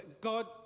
God